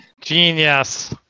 Genius